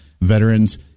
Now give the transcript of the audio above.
veterans